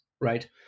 right